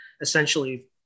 essentially